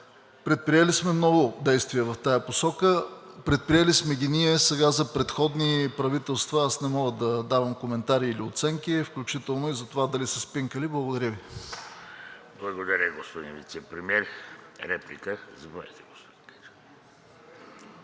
Предприели сме много действия в тази посока, предприели сме ги ние. Сега, за предходни правителства аз не мога да давам коментари или оценки, включително и за това дали са спинкали. Благодаря Ви. ПРЕДСЕДАТЕЛ ВЕЖДИ РАШИДОВ: Благодаря, господин Вицепремиер. Реплика? Заповядайте, господин Гаджев.